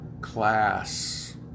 class